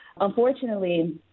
Unfortunately